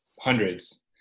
hundreds